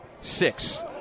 six